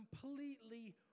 completely